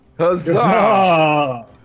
Huzzah